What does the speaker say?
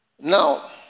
now